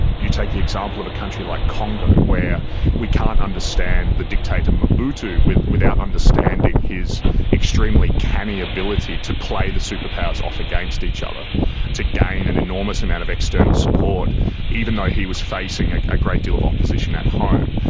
you take the example of a country like congo, where we can't understand understand the dictator mobutu without understanding his extremely canny ability to play the superpowers off against each other to gain an enormous amount of external support even though he was facing ah a great deal of opposition at home.